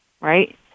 right